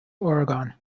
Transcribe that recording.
oregon